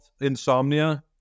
Insomnia